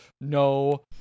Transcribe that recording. no